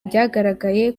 byagaragaye